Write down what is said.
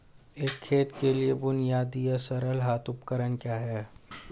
एक खेत के लिए बुनियादी या सरल हाथ उपकरण क्या हैं?